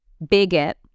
bigot